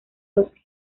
los